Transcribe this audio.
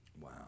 wow